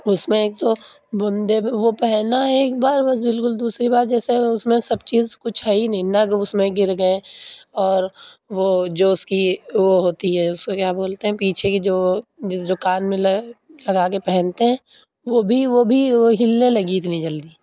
اس میں ایک تو بندے وہ پہنا ایک بار بس بالکل دوسری بار جیسے اس میں سب چیز کچھ ہے ہی نہیں نگ اس میں گر گئے اور وہ جو اس کی وہ ہوتی ہے اس کو کیا بولتے ہیں پیچھے کی جو جس جو کان میں لگے لگا کے پہنتے ہیں وہ بھی وہ بھی وہ ہلنے لگی اتنی جلدی